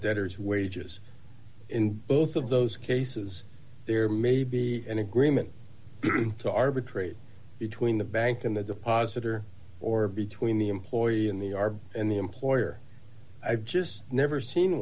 debtors wages in both of those cases there may be an agreement to arbitrate between the bank and the deposit or or between the employer and the are in the employer i've just never seen